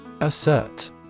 Assert